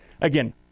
again